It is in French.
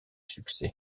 succès